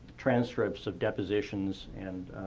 transcripts of depositions and